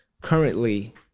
Currently